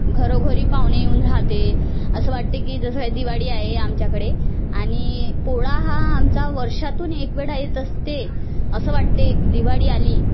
घरोघरी पाहुणे येऊन राहते असं वाटते की जसं दिवाळी आहे आमच्याकडे आणि पोळा हा आमचा वर्षातून एकवेळा येत असते असं वाटते दिवाळी आली